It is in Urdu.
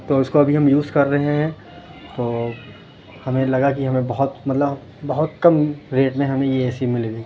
تو اِس كو ابھی ہم یوز كر رہے ہیں تو ہمیں لگا کہ ہمیں بہت مطلب بہت کم ریٹ میں ہمیں یہ اے سی مل گئی